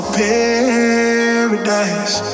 paradise